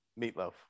Meatloaf